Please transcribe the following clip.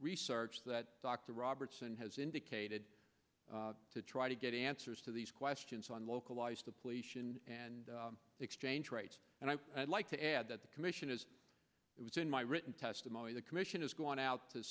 research that dr robertson has indicated to try to get answers to these questions on localised depletion and exchange rates and i would like to add that the commission is it was in my written testimony the commission has gone out to